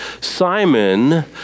Simon